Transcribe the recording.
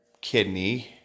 kidney